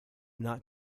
not